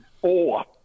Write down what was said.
four